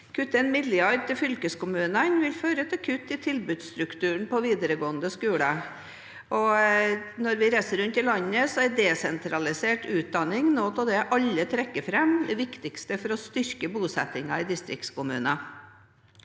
Kutt på 1 mrd. kr til fylkeskommunene vil føre til kutt i tilbudsstrukturen på videregående skole, og når vi reiser rundt i landet, er desentralisert utdanning noe av det alle trekker fram som det viktigste for å styrke bosettingen i distriktskommuner.